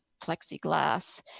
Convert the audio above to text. plexiglass